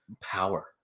power